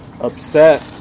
upset